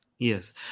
Yes